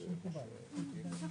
בוקר טוב לכולם, אני מתכבד